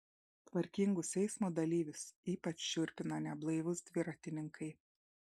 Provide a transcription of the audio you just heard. tvarkingus eismo dalyvius ypač šiurpina neblaivūs dviratininkai